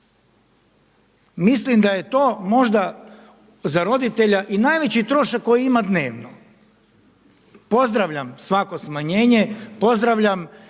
Mislim da je to možda za roditelja i najveći trošak koji ima dnevno. Pozdravljam svako smanjenje, pozdravljam